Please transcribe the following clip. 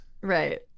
Right